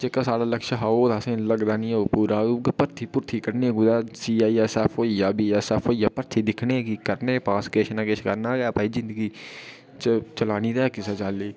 कि जेह्का साढ़ा लक्ष्य हा ओह् हा असेंगी लगदा निं होग पूरा ओह् उ'ऐ भर्थी कड्ढनी कुदै सीआईसीएफ होई गेआ बीएसएफ होई गेआ दिक्खने आं की करने आं पास किश करना गै जिंदगी चलानी ते ऐ किसै चाल्ली